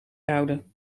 houden